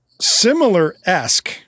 similar-esque